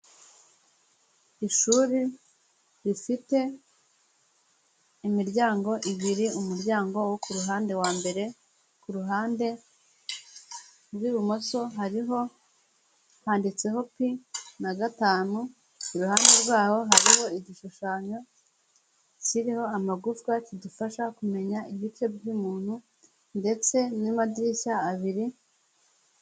Ishuri rifite imiryango ibiri umuryango wo ku ruhande wambere ku ruhande rw'ibumoso hariho handitseho pi na gatanu, iruhande rwaho hariho igishushanyo kiriho amagufwa kidufasha kumenya ibice by'umuntu ndetse n’amadirishya abiri.